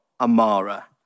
Amara